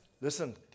Listen